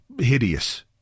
hideous